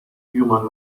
human